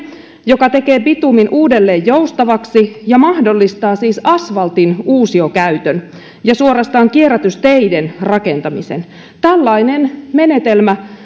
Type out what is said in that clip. joka tekee bitumin uudelleen joustavaksi ja mahdollistaa siis asfaltin uusiokäytön ja suorastaan kierrätysteiden rakentamisen tällainen menetelmä